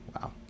wow